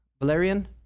Valerian